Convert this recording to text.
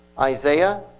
Isaiah